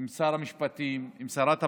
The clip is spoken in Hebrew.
עם שר המשפטים, עם שרת הפנים,